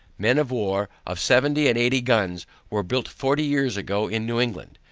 men of war, of seventy and eighty guns were built forty years ago in new england,